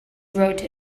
wrote